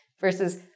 Versus